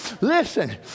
Listen